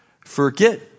forget